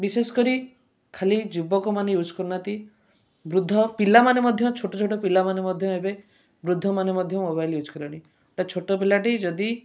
ବିଶେଷ କରି ଖାଲି ଯୁବକମାନେ ୟୁଜ୍ କରୁନାହାନ୍ତି ବୃଦ୍ଧ ପିଲାମାନେ ମଧ୍ୟ ଛୋଟ ଛୋଟ ପିଲାମାନେ ମଧ୍ୟ ଏବେ ବୃଦ୍ଧମାନେ ମଧ୍ୟ ମୋବାଇଲ୍ ୟୁଜ୍ କଲେଣି ଗୋଟେ ଛୋଟ ପିଲାଟି ଯଦି